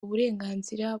uburenganzira